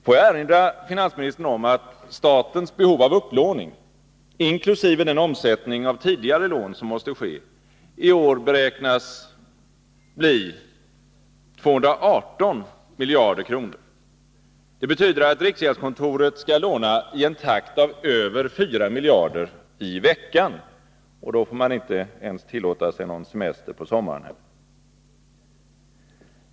Får jag erinra finansministern om att statens behov av upplåning, inkl. den omsättning av tidigare lån som måste ske, i år beräknas bli 218 miljarder kronor. Det betyder att riksgäldskontoret skall låna i en takt av över 4 miljarder i veckan — och då får man inte ens tillåta sig någon semester på sommaren.